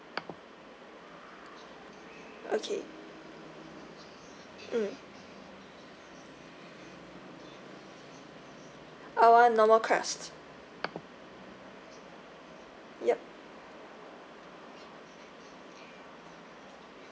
okay mm I want normal crust yup